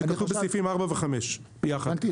זה כתוב בסעיפים 4 ו-5, ביחד.